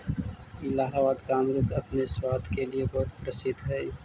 इलाहाबाद का अमरुद अपने स्वाद के लिए बहुत प्रसिद्ध हई